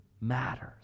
matters